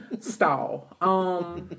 stall